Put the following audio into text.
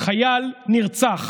חייל נרצח